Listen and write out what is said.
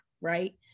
right